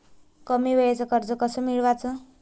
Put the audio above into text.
कमी वेळचं कर्ज कस मिळवाचं?